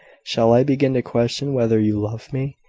shall i begin to question whether you love me?